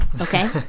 Okay